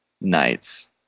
nights